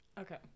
Okay